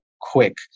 quick